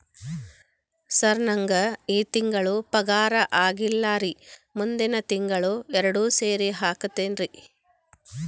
sir ನಂಗ ಈ ತಿಂಗಳು ಪಗಾರ ಆಗಿಲ್ಲಾರಿ ಮುಂದಿನ ತಿಂಗಳು ಎರಡು ಸೇರಿ ಹಾಕತೇನ್ರಿ